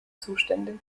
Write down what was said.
zuständig